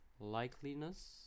likeliness